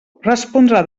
respondrà